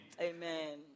Amen